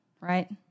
right